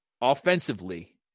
offensively